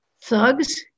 thugs